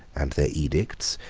and their edicts,